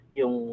yung